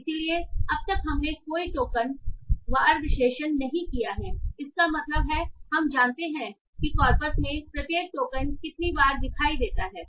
इसलिए अब तक हमने कोई टोकन वार विश्लेषण नहीं किया है इसका मतलब है हम नहीं जानते कि कॉर्पस में प्रत्येक टोकन कितनी बार दिखाई देता है